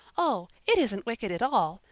oh, it isn't wicked at all.